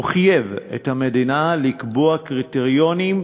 או: חייב את המדינה לקבוע קריטריונים.